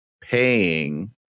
paying